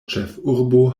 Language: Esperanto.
ĉefurbo